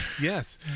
yes